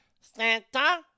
Santa